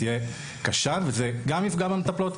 תהיה קשה וזה גם יפגע במטפלות,